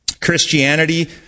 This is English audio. Christianity